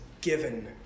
given